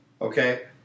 Okay